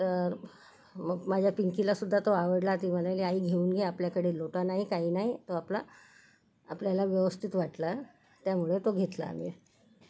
तर मग माझ्या पिंकीलासुद्धा तो आवडला ती म्हणाली आई घेऊन घे आपल्याकडे लोटा नाही काही नाही तो आपला आपल्याला व्यवस्थित वाटला त्यामुळे तो घेतला आम्ही